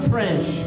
French